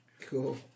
Cool